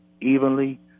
evenly